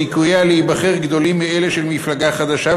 סיכוייה להיבחר גדולים מאלה של מפלגה חדשה,